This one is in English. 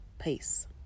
Peace